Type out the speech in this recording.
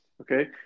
okay